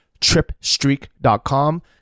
Tripstreak.com